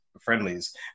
friendlies